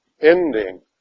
ending